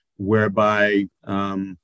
Whereby